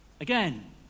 Again